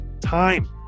time